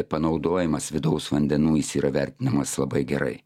panaudojimas vidaus vandenų jis yra vertinamas labai gerai